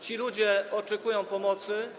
Ci ludzie oczekują pomocy.